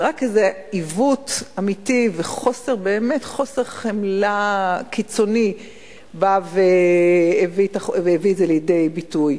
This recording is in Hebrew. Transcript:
זה רק איזה עיוות אמיתי ובאמת חוסר חמלה קיצוני הביאו את זה לידי ביטוי.